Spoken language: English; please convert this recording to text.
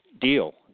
deal